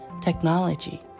technology